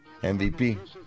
MVP